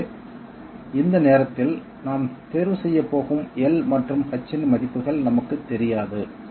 எனவே இந்த நேரத்தில் நாம் தேர்வு செய்யப் போகும் L மற்றும் h இன் மதிப்புகள் நமக்குத் தெரியாது